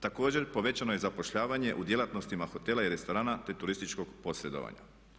Također povećano je zapošljavanje u djelatnostima hotela i restorana te turističkog posredovanja.